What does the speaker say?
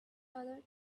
other